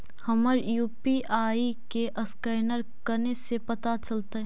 हमर यु.पी.आई के असकैनर कने से पता चलतै?